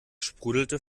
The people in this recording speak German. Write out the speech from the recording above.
sprudelte